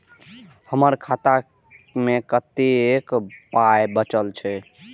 हमर खाता मे कतैक पाय बचल छै